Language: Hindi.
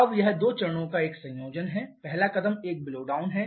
अब यह दो चरणों का एक संयोजन है पहला कदम एक ब्लोडाउन है